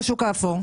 בשוק האפור.